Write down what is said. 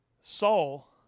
Saul